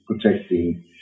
protecting